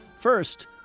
first